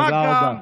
תודה רבה.